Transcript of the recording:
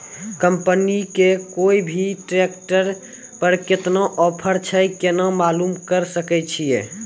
Company के कोय भी ट्रेक्टर पर केतना ऑफर छै केना मालूम करऽ सके छियै?